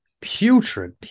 putrid